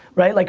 right? like